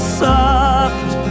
soft